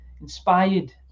inspired